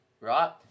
right